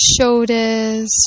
shoulders